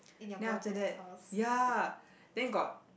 then after that ya then got